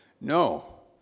no